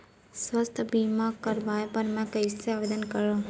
स्वास्थ्य बीमा करवाय बर मैं कइसे आवेदन करव?